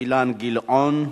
אילן גילאון.